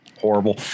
horrible